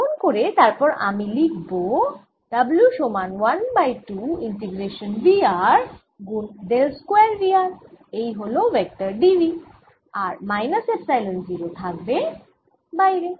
এমন করে তারপর আমি লিখব W সমান 1 বাই 2 ইন্টিগ্রেশান V r গুন ডেল স্কয়ার V r এই হল ভেক্টর dV আর মাইনাস এপসাইলন 0 থাকবে বাইরে